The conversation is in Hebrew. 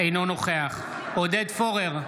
אינו נוכח עודד פורר,